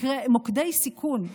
מוקדי סיכון,